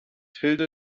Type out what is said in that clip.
hilde